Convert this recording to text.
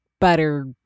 butter